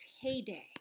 heyday